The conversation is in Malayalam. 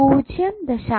0